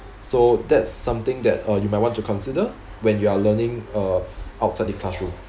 so that's something that uh you might want to consider when you are learning uh outside the classroom